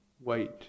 wait